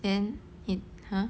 then in~ !huh!